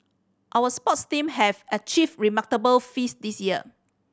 our sports team have achieved remarkable feats this year